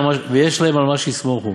ויש להם על מה שיסמוכו,